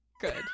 Good